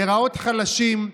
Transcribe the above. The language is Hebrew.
להיראות חלשים.